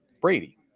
Brady